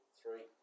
three